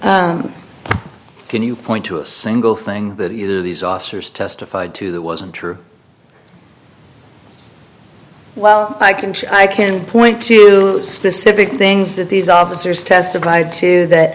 can you point to a single thing that either these officers testified to that wasn't true well i can i can point to specific things that these officers testified to that